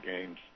games